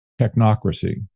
technocracy